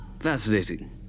fascinating